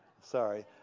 Sorry